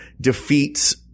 defeats